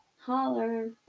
holler